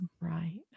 Right